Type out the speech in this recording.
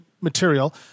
material –